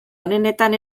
onenetan